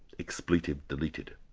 expletive deleted.